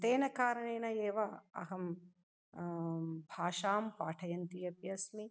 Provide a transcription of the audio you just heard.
तेन कारणेन एव अहं भाषां पाठयन्ती अपि अस्मि